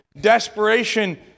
desperation